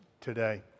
today